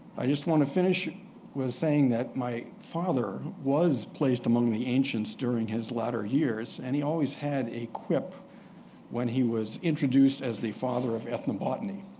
i just want to finish and with saying that my father was placed among the ancients during his latter years. and he always had a quip when he was introduced as the father of ethnobotany.